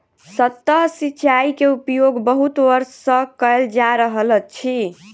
सतह सिचाई के उपयोग बहुत वर्ष सँ कयल जा रहल अछि